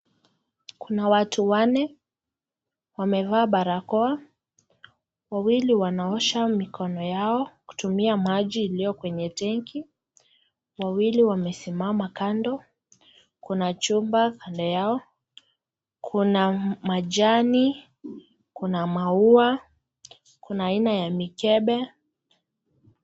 Kuna watu wanne wamevaa barakoa. Wawili wanaosha mikono yao kutumia maji iliyo kwenye tenki. Wawili wamesimama kando. Kuna chumba kando yao. Kuna majani, kuna maua, kuna aina ya mikebe.